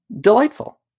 delightful